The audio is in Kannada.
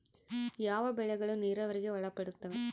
ಯಾವ ಬೆಳೆಗಳು ನೇರಾವರಿಗೆ ಒಳಪಡುತ್ತವೆ?